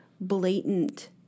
blatant